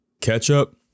ketchup